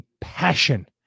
passion